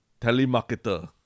telemarketer